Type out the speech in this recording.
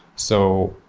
so,